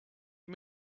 you